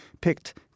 picked